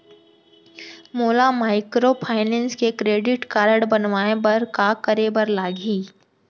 मोला माइक्रोफाइनेंस के credit card बनवाए बर का करे बर लागही?